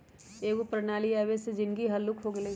एकेगो प्रणाली के आबे से जीनगी हल्लुक हो गेल हइ